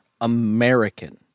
American